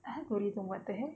algorithm what the heck